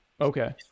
Okay